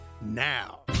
now